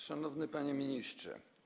Szanowny Panie Ministrze!